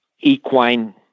equine